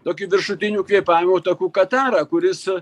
tokį viršutinių kvėpavimo takų katarą kuris